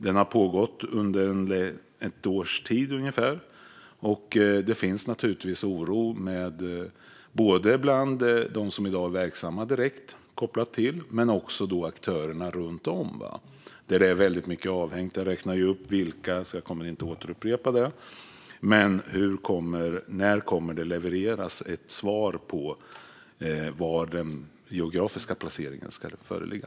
Den har pågått i ungefär ett år, och det finns naturligtvis en oro både bland dem som i dag är direkt verksamma i detta och bland aktörerna runt om. Jag har räknat upp vilka de är, så jag kommer inte att upprepa det. Men när kommer det att levereras ett svar på var den geografiska placeringen ska vara?